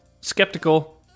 skeptical